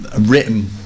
written